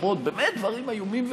תוכל להגיע לארבעה מיליון,